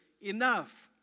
enough